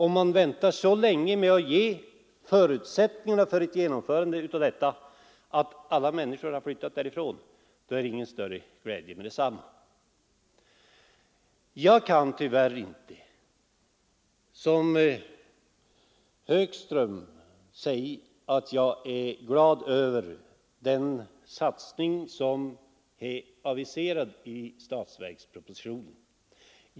Om man väntar så länge med att ge förutsättningarna för ett genomförande av skogsbruksprogrammet att alla människor har flyttat därifrån är det ingen större glädje med detsamma. Jag kan tyvärr inte som herr Högström säga att jag är glad över den satsning som är aviserad i statsverkspropositionen.